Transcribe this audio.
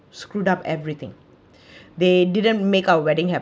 screwed up everything they didn't make our wedding happen